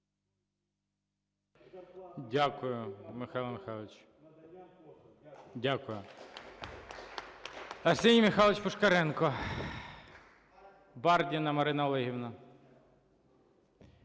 Дякую, Михайло Михайлович. Дякую. Арсеній Михайлович Пушкаренко. Бардіна Марина Олегівна.